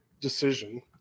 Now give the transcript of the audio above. decision